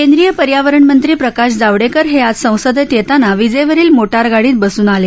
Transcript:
केंद्रीय पर्यावरण मंत्री प्रकाश जावडेकर हे आज संसदेत येताना विजेवरील मोटार गाडीत बसून आले